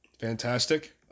fantastic